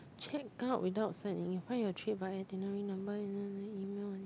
check out without find your trip via itinerary number